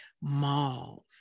Malls